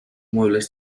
muebles